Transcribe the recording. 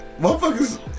Motherfuckers